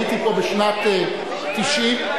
הייתי פה בשנת 1990,